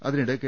അതിനിടെ കെ